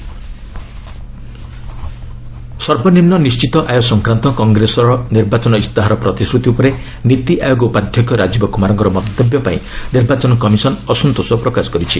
EC NITI Aayog ସର୍ବନିମ୍ନ ନିଶ୍ଚିତ ଆୟ ସଂକ୍ରାନ୍ତ କଂଗ୍ରେସର ନିର୍ବାଚନ ଇସ୍ତହାର ପ୍ରତିଶ୍ରତି ଉପରେ ନୀତି ଆୟୋଗ ଉପାଧ୍ୟକ୍ଷ ରାଜୀବ କୁମାରଙ୍କ ମନ୍ତବ୍ୟ ପାଇଁ ନିର୍ବାଚନ କମିଶନ ଅସନ୍ତୋଷ ପ୍ରକାଶ କରିଛି